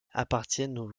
appartiennent